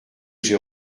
j’ai